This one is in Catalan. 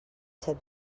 set